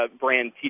brand